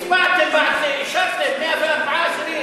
הצבעתם בעד זה, אישרתם 104 אסירים.